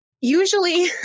Usually